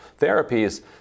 therapies